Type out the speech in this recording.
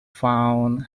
found